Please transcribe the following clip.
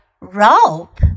rope